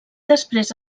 després